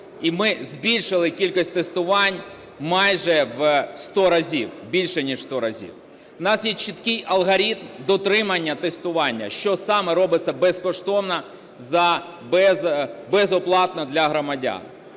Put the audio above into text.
і ми збільшили кількість тестувань майже в сто разів, більше ніж в сто разів. У нас є чіткий алгоритм дотримання тестування: що саме робиться безкоштовно, безоплатно для громадян.